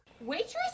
Waitress